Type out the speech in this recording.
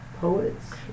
Poets